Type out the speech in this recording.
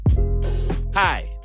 Hi